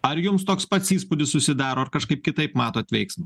ar jums toks pats įspūdis susidaro ar kažkaip kitaip matote veiksmą